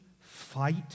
fight